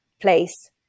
place